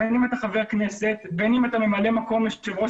בין אתה חבר כנסת ובין אתה ממלא מקום יושב-ראש